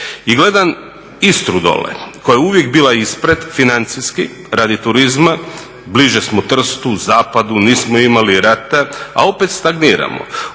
I gledam Istru dole koja je uvijek bila ispred financijski radi turizma, bliže smo Trstu, zapadu, nismo imali rata, a opet stagniramo.